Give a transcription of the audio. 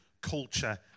culture